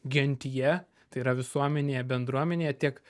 gentyje tai yra visuomenėje bendruomenėje tiek